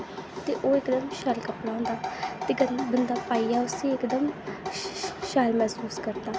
ते ओह् इक दम शैल कपड़ा होंदा ते कन्नै बंदा पाइयै उस्सी इक दम शैल मैह्सूस करदा